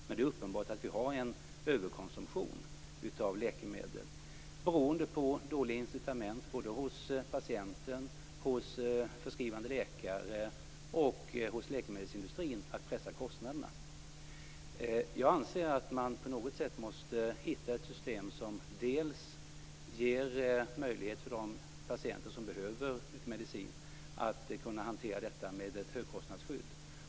Men det är uppenbart att vi har en överkonsumtion av läkemedel, beroende på dåligt incitament både hos patienten, förskrivande läkare och läkemedelsindustrin att pressa kostnaderna. Jag anser att man på något sätt måste hitta ett system som ger möjlighet för de patienter som behöver medicin att kunna hantera detta med ett högkostnadsskydd.